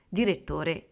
direttore